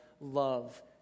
love